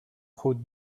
route